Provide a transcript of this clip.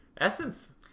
essence